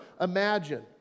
imagine